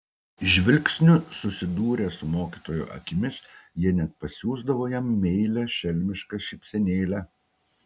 žvilgsniu susidūrę su mokytojo akimis jie net pasiųsdavo jam meilią šelmišką šypsenėlę